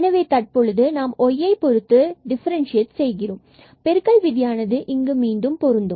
எனவே தற்போது நாம் y யைப் பொறுத்து டிஃபரண்சியேட் செய்கிறோம் மற்றும் பெருக்கல் விதியானது இங்கு மீண்டும் பொருந்தும்